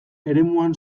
eremuan